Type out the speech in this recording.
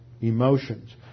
emotions